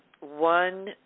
One